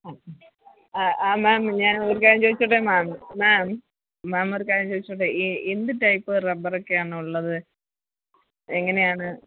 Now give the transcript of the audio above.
അ അ അ മേം ഞാനൊരു കാര്യം ചോദിച്ചോട്ടെ മേം മേം മേം ഒരു കാര്യം ചോദിച്ചോട്ടെ ഈ എന്ത് ടൈപ്പ് റബ്ബറൊക്കെയാണുള്ളത് എങ്ങനെയാണ്